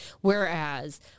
whereas